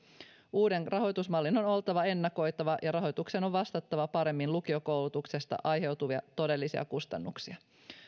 uuden rahoitusmallin on oltava ennakoitava ja rahoituksen on vastattava paremmin lukiokoulutuksesta aiheutuvia todellisia kustannuksia